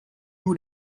vous